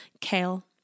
kale